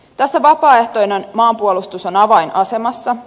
tässä vapaaehtoinen maanpuolustus on avainasemassa